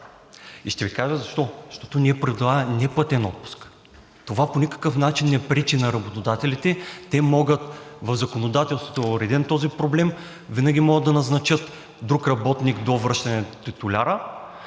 и ще Ви кажа защо. Защото ние предлагаме неплатен отпуск. Това по никакъв начин не пречи на работодателите. Те могат, в законодателството е уреден този проблем, винаги могат да назначат друг работник до връщането на титуляра,